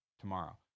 tomorrow